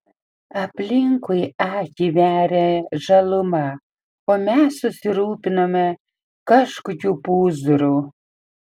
aplinkui akį veria žaluma o mes susirūpinome kažkokiu pūzru